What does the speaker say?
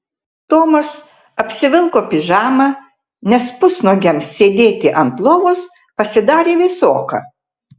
tomas apsivilko pižamą nes pusnuogiam sėdėti ant lovos pasidarė vėsoka